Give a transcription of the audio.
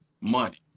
money